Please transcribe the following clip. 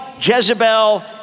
Jezebel